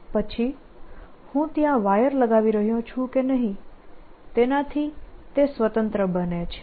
પછી હું ત્યાં વાયર લગાવી રહ્યો છું કે નહીં તેનાથી તે સ્વતંત્ર બને છે